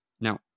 Now